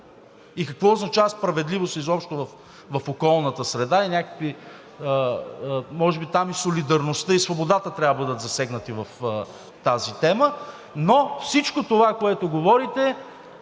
и какво означава справедливост изобщо в околната среда и някакви – може би там и солидарността, и свободата трябва да бъдат засегнати в тази тема, но всичко това, което говорите,